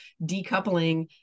decoupling